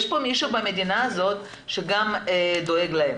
הן ידעו שיש כאן מישהו במדינה הזאת שדואג להן.